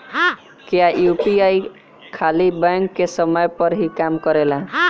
क्या यू.पी.आई खाली बैंक के समय पर ही काम करेला?